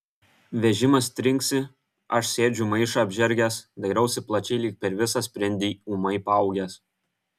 vežimas trinksi aš sėdžiu maišą apžergęs dairausi plačiai lyg per visą sprindį ūmai paaugęs